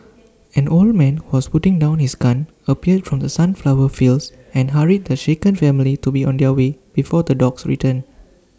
an old man who was putting down his gun appeared from the sunflower fields and hurried the shaken family to be on their way before the dogs return